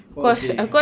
okay